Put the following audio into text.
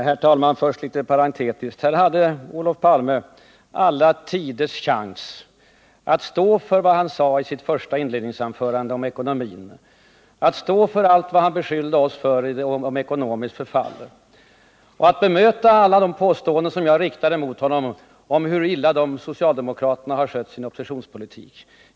Herr talman! Först litet parentetiskt: Här hade Olof Palme alla tiders chans att stå för vad han sade i sitt inledningsanförande om ekonomin, att stå för allt det han beskyllde oss för i fråga om ekonomiskt förfall och att bemöta alla de påståenden som jag riktade mot honom om hur illa socialdemokraterna skött sin oppositionspolitik.